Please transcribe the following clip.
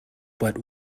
but